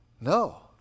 No